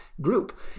group